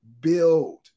build